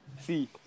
see